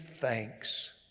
thanks